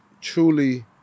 truly